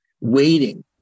waiting